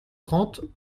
trente